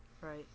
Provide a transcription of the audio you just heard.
right